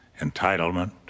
entitlement